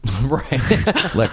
Right